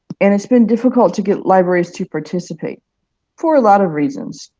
and it's been difficult to get libraries to participate for a lot of reasons.